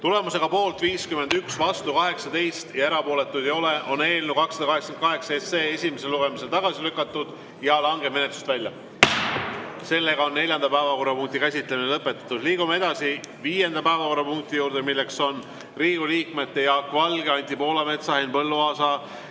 Tulemusega poolt 51, vastu 18, erapooletuid ei ole, on eelnõu 288 esimesel lugemisel tagasi lükatud ja langeb menetlusest välja. Neljanda päevakorrapunkti käsitlemine on lõpetatud. Liigume edasi viienda päevakorrapunkti juurde, milleks on Riigikogu liikmete Jaak Valge, Anti Poolametsa, Henn Põlluaasa